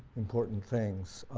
important things.